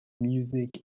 music